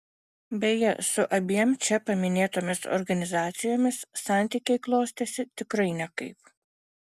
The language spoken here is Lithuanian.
beje su abiem čia paminėtomis organizacijomis santykiai klostėsi tikrai nekaip